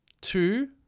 two